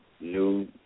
new